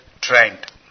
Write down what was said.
trained